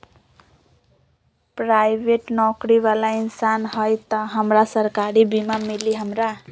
Private नौकरी बाला इंसान हई त हमरा सरकारी बीमा मिली हमरा?